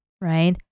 right